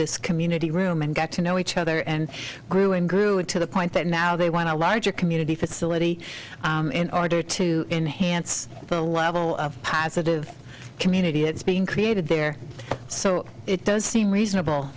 this community room and got to know each other and grew and grew it to the point that now they want a larger community facility in order to enhance the level of positive community it's being created there so it does seem reasonable